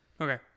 Okay